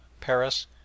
paris